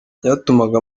byatumaga